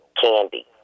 candy